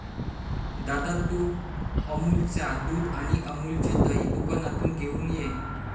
दादा, तू अमूलच्या दुध आणि अमूलचे दही दुकानातून घेऊन ये